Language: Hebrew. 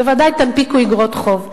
בוודאי תנפיקו איגרות חוב.